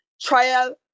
trial